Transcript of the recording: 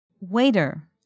waiter